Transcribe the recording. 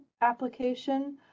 application